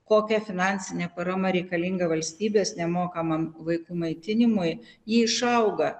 kokia finansinė parama reikalinga valstybės nemokamam vaikų maitinimui ji išauga